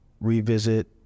revisit